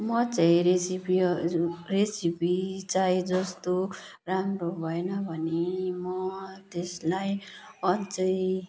म चाहिँ रेसिपीहरू रेसिपी चाहे जस्तो राम्रो भएन भने म त्यसलाई अझै